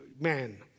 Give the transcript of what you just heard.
man